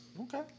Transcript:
Okay